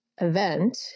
event